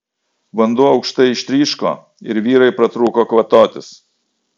vanduo aukštai ištryško ir vyrai pratrūko kvatotis